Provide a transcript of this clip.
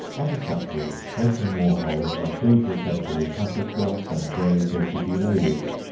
on the contrary, making more holes, i filled the centre with pampas grass and variegated eulalias,